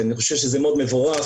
כי אני חושב שזה מאוד מבורך.